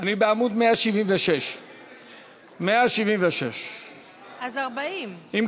אני בעמוד 176. אז 40. ההסתייגות של חברת